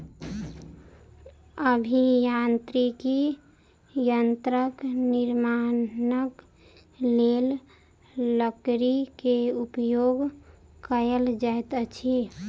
अभियांत्रिकी यंत्रक निर्माणक लेल लकड़ी के उपयोग कयल जाइत अछि